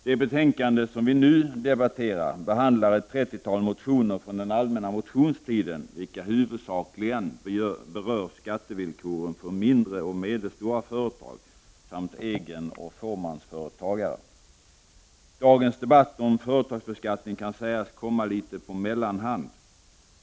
Det betänkande som vi nu debatterar behandlar ett trettiotal motioner från den allmänna motionstiden, vilka huvudsakligen berör skattevillkoren för mindre och medelstora företag, samt egenoch fåmansföretagare. Dagens debatt om företagsbeskattningen kan sägas komma litet på mellanhand.